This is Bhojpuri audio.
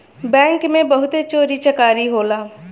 बैंक में बहुते चोरी चकारी होला